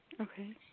Okay